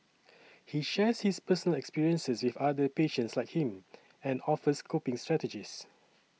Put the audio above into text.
he shares his personal experiences with other patients like him and offers coping strategies